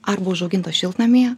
arba užaugintos šiltnamyje